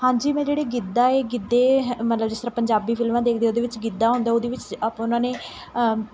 ਹਾਂਜੀ ਮੈਂ ਜਿਹੜੇ ਗਿੱਧਾ ਏ ਗਿੱਧੇ ਮਤਲਬ ਜਿਸ ਤਰ੍ਹਾਂ ਪੰਜਾਬੀ ਫ਼ਿਲਮਾਂ ਦੇਖਦੇ ਉਹਦੇ ਵਿੱਚ ਗਿੱਧਾ ਹੁੰਦਾ ਉਹਦੇ ਵਿੱਚ ਆਪਾਂ ਉਹਨਾਂ ਨੇ